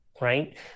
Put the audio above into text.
right